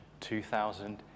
2,000